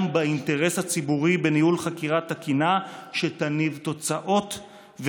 באינטרס הציבורי בניהול חקירה תקינה שתניב תוצאות,